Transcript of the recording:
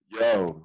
Yo